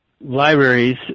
libraries